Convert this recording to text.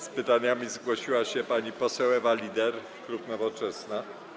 Z pytaniami zgłosiła się pani poseł Ewa Lieder, klub Nowoczesna.